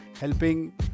helping